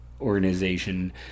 organization